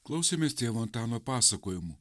klausėmės tėvo antano pasakojimų